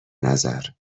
نظر